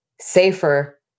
safer